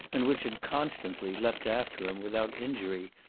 and which had constantly leaped after him without injury,